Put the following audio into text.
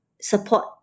support